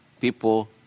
people